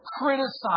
criticize